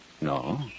No